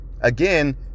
Again